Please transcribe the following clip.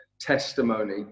testimony